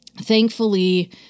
thankfully